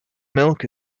milk